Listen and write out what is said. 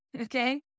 okay